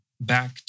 Back